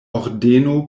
ordeno